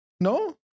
No